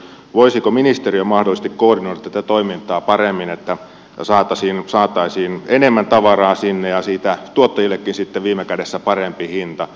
voisiko ministeriö mahdollisesti koordinoida tätä toimintaa paremmin että saataisiin enemmän tavaraa sinne ja siitä tuottajillekin sitten viime kädessä parempi hinta